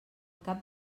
cap